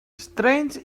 strange